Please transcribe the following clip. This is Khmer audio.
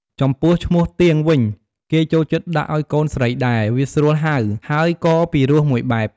ចំពោះឈ្មោះទៀងវិញគេចូលចិត្តដាក់អោយកូនស្រីដែរវាស្រួលហៅហើយកពិរោះមួយបែប។